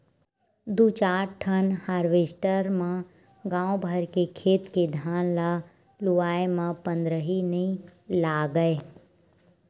दू चार ठन हारवेस्टर म गाँव भर के खेत के धान ल लुवाए म पंदरही नइ लागय